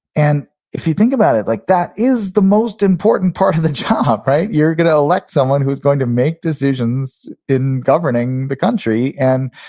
and if you think about it, like that is the most important part of the job right. you're going to elect someone who's going to make decisions in governing the country and